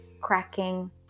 cracking